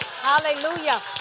Hallelujah